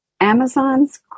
Amazon's